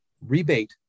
rebate